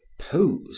pose